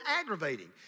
aggravating